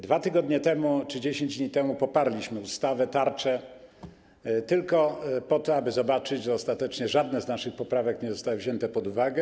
2 tygodnie temu czy 10 dni temu poparliśmy ustawę o tarczy tylko po to, aby zobaczyć, że ostatecznie żadna z naszych poprawek nie została wzięta pod uwagę.